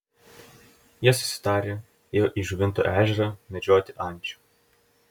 jie susitarę ėjo į žuvinto ežerą medžioti ančių